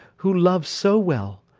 who love so well,